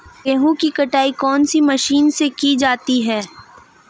गेहूँ की कटाई कौनसी मशीन से की जाती है?